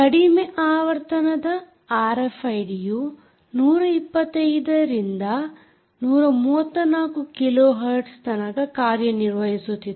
ಕಡಿಮೆ ಆವರ್ತನದ ಆರ್ಎಫ್ಐಡಿಯು 125 ರಿಂದ 134ಕಿಲೋ ಹರ್ಟ್ಸ್ತನಕ ಕಾರ್ಯ ನಿರ್ವಹಿಸುತ್ತಿತ್ತು